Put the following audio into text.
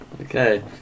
Okay